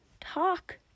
talk